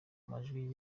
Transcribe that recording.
majwi